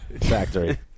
factory